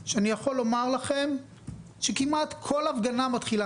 ואני יכול לומר לכם שכמעט כל הפגנה מתחילה